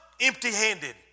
empty-handed